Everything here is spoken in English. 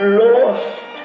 lost